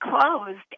closed